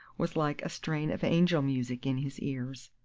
was like a strain of angel music in his ears.